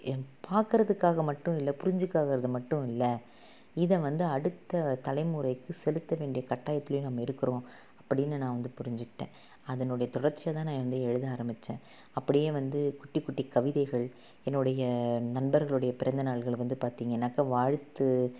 பார்க்குறதுக்காக மட்டும் இல்லை புரிஞ்சுக்காகறது மட்டும் இல்லை இதை வந்து அடுத்த தலைமுறைக்கு செலுத்த வேண்டிய கட்டாயத்திலையும் நம்ம இருக்கிறோம் அப்படின்னு நான் வந்து புரிஞ்சுக்கிட்டேன் அதனுடைய தொடர்ச்சியைதான் நான் வந்து எழுத ஆரம்பித்தேன் அப்படியே வந்து குட்டி குட்டி கவிதைகள் என்னுடைய நண்பர்களுடைய பிறந்த நாட்கள் வந்து பார்த்திங்கன்னாக்க வாழ்த்து